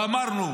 ואמרנו